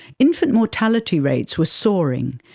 infant mortality rates were soaring,